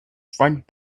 front